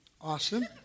Awesome